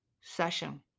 session